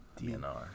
DNR